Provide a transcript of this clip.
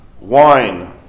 wine